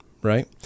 right